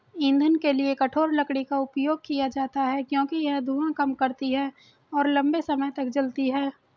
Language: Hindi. ईंधन के लिए कठोर लकड़ी का उपयोग किया जाता है क्योंकि यह धुआं कम करती है और लंबे समय तक जलती है